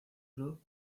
club